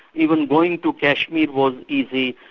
even going to kashmir was easy,